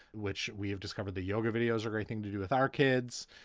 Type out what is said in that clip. which we've discovered. the yoga videos are everything to do with our kids.